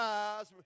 eyes